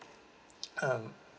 um